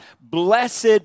Blessed